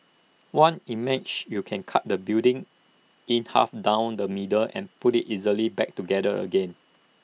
one image you could cut the building in half down the middle and put IT easily back together again